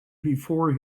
before